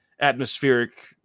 atmospheric